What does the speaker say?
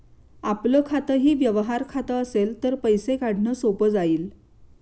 आपलं खातंही व्यवहार खातं असेल तर पैसे काढणं सोपं जाईल